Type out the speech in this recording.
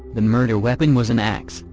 the murder weapon was an ax,